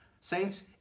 Saints